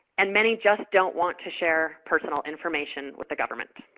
and many just don't want to share personal information with the government.